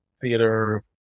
theater